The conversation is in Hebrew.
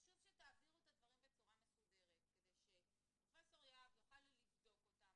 חשוב שתעבירו את הדברים בצורה מסודרת כדי שפרופ' יהב יוכל לבדוק אותם,